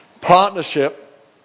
partnership